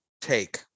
take